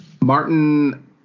Martin